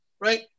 right